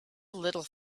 little